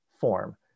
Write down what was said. form